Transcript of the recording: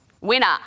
Winner